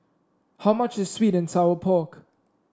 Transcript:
how much is sweet and Sour Pork